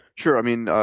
sure, i mean,